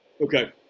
Okay